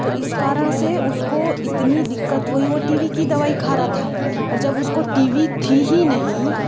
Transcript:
तो इस कारण से उसको इतनी दिक्कत हुई वो टी वी की दवाई खा रहा था और जब उसको टी वी थी ही नहीं